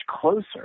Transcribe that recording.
closer